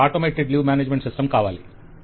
client అవును అటువంటిదే